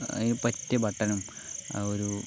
ഈ പറ്റിയ ബട്ടണും ഒരു